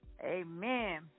Amen